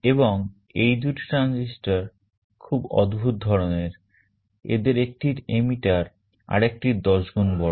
এবং এই দুটি transistor খুব অদ্ভুত ধরনের এদের একটির emitter আরেকটির 10 গুন বড়